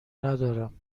ندارم